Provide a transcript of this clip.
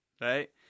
right